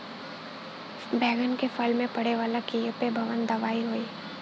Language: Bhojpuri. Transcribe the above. बैगन के फल में पड़े वाला कियेपे कवन दवाई होई?